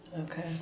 Okay